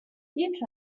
each